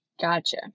Gotcha